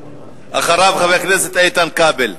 אחריו, חבר הכנסת איתן כבל.